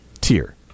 tier